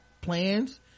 plans